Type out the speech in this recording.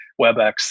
webex